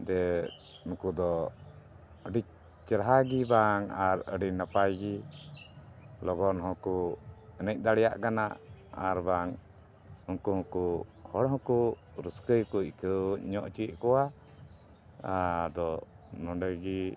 ᱡᱮ ᱱᱩᱠᱩ ᱫᱚ ᱟᱹᱰᱤ ᱪᱮᱦᱨᱟ ᱜᱮ ᱵᱟᱝ ᱟᱨ ᱟᱹᱰᱤ ᱱᱟᱯᱟᱭ ᱜᱮ ᱞᱚᱜᱚᱱ ᱦᱚᱸᱠᱚ ᱮᱱᱮᱡ ᱫᱟᱲᱮᱭᱟᱜ ᱠᱟᱱᱟ ᱟᱨ ᱵᱟᱝ ᱩᱱᱠᱩ ᱦᱚᱸᱠᱚ ᱦᱚᱲ ᱦᱚᱸᱠᱚ ᱨᱟᱹᱥᱠᱟᱹ ᱜᱮᱠᱚ ᱟᱹᱭᱠᱟᱹᱣ ᱧᱚᱜ ᱦᱚᱪᱚᱭᱮᱫ ᱠᱚᱣᱟ ᱟᱫᱚ ᱱᱚᱰᱮ ᱜᱮ